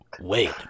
Wait